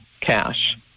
cash